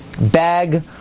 bag